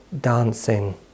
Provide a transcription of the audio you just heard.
dancing